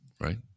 Right